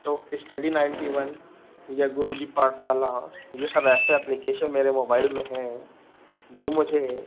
तो study ninety one या गुरुजी पाठशाला यह सब ऐसे एप्लीकेशन मेरे मोबाइल में हैं जो मुझे